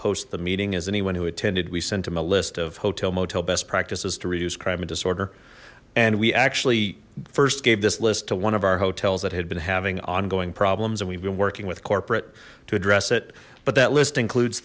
the meeting as anyone who attended we sent him a list of hotel motel best practices to reduce crime and disorder and we actually first gave this list to one of our hotels that had been having ongoing problems and we've been working with corporate to address it but that list includes